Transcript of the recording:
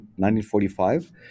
1945